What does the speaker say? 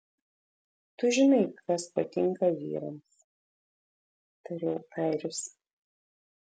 tu žinai kas patinka vyrams tariau airis